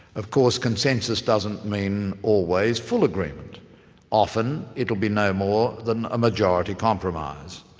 of course consensus doesn't mean always full agreement often it will be no more than a majority compromise.